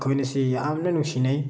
ꯃꯈꯣꯏ ꯑꯅꯤꯁꯤ ꯌꯥꯝꯅ ꯅꯨꯡꯁꯤꯅꯩ